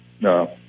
No